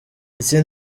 iki